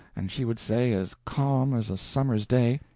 and she would say, as calm as a summer's day,